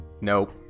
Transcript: Nope